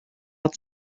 hat